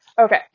Okay